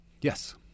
Yes